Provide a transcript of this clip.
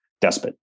despot